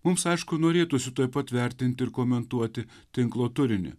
mums aišku norėtųsi tuoj pat vertinti ir komentuoti tinklo turinį